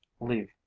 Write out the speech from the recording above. leave